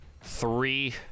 three